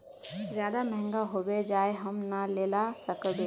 ज्यादा महंगा होबे जाए हम ना लेला सकेबे?